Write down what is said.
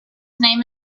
name